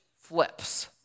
flips